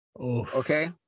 Okay